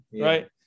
right